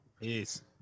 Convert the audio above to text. Peace